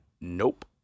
Nope